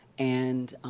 and